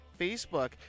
Facebook